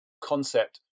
concept